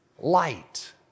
light